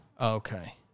Okay